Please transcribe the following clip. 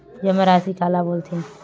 जमा राशि काला बोलथे?